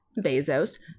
bezos